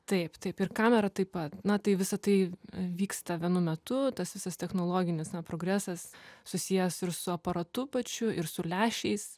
taip taip ir kamera taip pat na tai visa tai vyksta vienu metu tas visas technologinis na progresas susijęs ir su aparatu pačiu ir su lęšiais